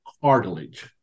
cartilage